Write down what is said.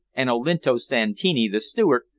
and olinto santini, the steward,